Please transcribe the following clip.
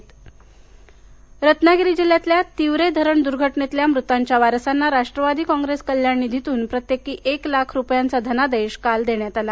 तिवरे रत्नागिरी रत्नागिरी जिल्ह्यातल्या तिवरे धरण दुर्घटनेतल्या मृतांच्या वारसांना राष्ट्रवादी काँग्रेस कल्याण निधीतून प्रत्येकी एक लाख रुपयांचा धनादेश काल देण्यात आला